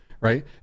right